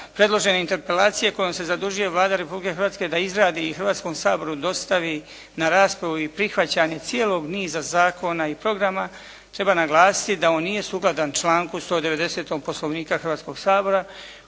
predložene interpelacije kojom se zadužuje Vlada Republike Hrvatske da izradi i Hrvatskom saboru dostavi na raspravu i prihvaćanje cijelog niza zakona i programa, treba naglasiti da on nije sukladan članku 190.-tom Poslovnika Hrvatskoga sabora,